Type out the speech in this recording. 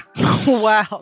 Wow